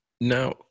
Now